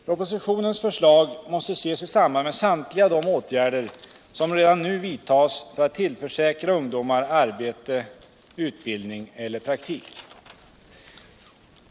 Propositionens förslag måste ses i samband med samtliga de åtgärder som redan nu vidtas för att tillförsäkra ungdomar arbete, utbildning eller praktik.